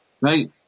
Right